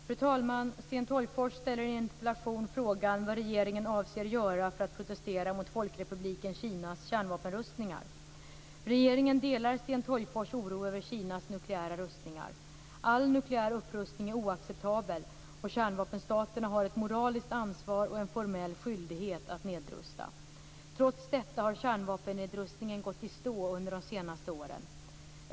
Fru talman! Sten Tolgfors ställer i en interpellation frågan vad regeringen avser göra för att protestera mot Folkrepubliken Kinas kärnvapenrustningar. Regeringen delar Sten Tolgfors oro över Kinas nukleära rustningar. All nukleär upprustning är oacceptabel, och kärnvapenstaterna har ett moraliskt ansvar och en formell skyldighet att nedrusta. Trots detta har kärnvapennedrustningen gått i stå under de senaste åren.